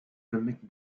permit